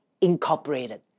Incorporated